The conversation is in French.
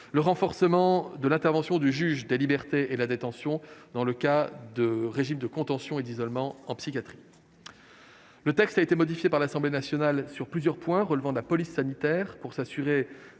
de renforcer l'intervention du juge des libertés et de la détention dans le cadre d'un régime de contention et d'isolement en psychiatrie. Le texte a été modifié par l'Assemblée nationale sur plusieurs points en matière de police sanitaire, afin de s'assurer